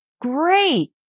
Great